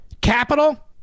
capital